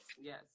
Yes